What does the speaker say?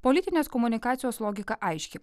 politinės komunikacijos logika aiški